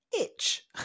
Itch